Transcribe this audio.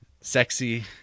Sexy